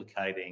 replicating